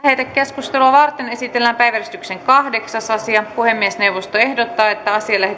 lähetekeskustelua varten esitellään päiväjärjestyksen kahdeksas asia puhemiesneuvosto ehdottaa että asia